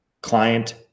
client